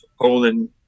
Poland